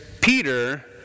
Peter